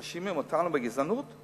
מאשימים אותנו בגזענות?